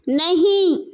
नहीं